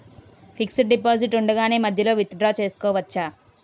Fixed deposit ఉండగానే మధ్యలో withdraw చేసుకోవచ్చా?